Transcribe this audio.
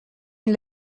une